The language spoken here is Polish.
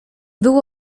było